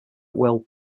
will